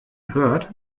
hört